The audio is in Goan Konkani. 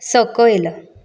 सकयल